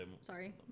Sorry